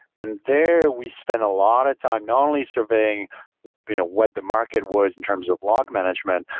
and there we spent a lot of time not only surveying you know what the market was in terms of log management,